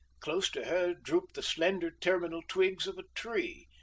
close to her drooped the slender terminal twigs of a tree,